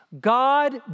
God